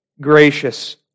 Gracious